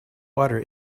water